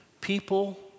People